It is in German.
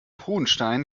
hohenstein